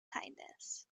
kindness